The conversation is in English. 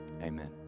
Amen